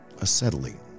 Acetylene